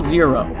Zero